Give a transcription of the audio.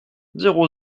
zéro